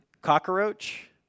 cockroach